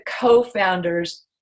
co-founders